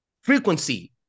frequency